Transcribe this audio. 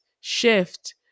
shift